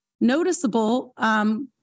noticeable